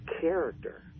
character